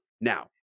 Now